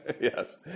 Yes